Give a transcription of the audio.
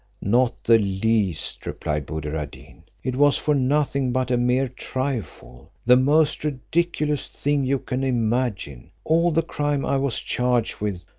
not the least, replied buddir ad deen it was for nothing but a mere trifle, the most ridiculous thing you can imagine. all the crime i was charged with,